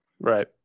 Right